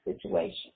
situation